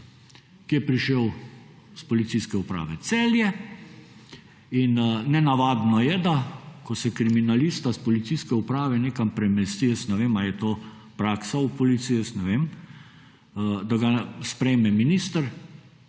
ki je prišel s policijske uprave Celje. In nenavadno je, da, ko se kriminalista s policijske uprave nekam premesti, jaz ne vem, a je to praksa v policiji, jaz ne vem, da ga sprejme minister,